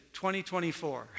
2024